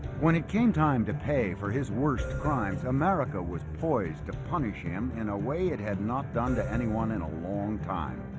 when it came time to pay for his worst crimes america was poised to punish him in a way it had not done to anyone in a long time